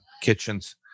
kitchens